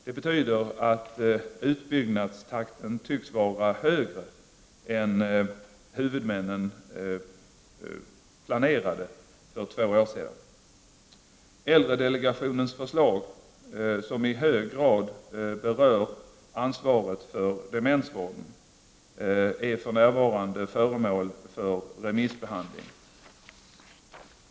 Det betyder att utbyggnadstakten tycks vara högre än huvudmännen planerade för två år sedan. Äldredelegationens förslag, som i hög grad berör ansvaret för demensvården, är för närvarande föremål för remissbehandling.